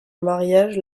mariage